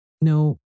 No